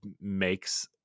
makes